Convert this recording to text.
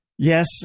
Yes